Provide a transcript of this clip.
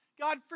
God